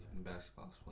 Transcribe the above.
basketball